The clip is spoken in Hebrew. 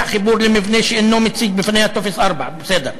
חיבור למבנה שאינו מציג בפניה טופס 4" בסדר.